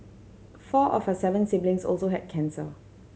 four of her seven siblings also had cancer